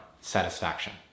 Satisfaction